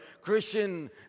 Christian